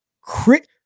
crit